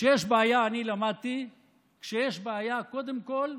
אני למדתי שכשיש בעיה, קודם כול,